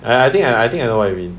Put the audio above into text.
I I think I think I know what you mean